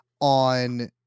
on